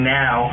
now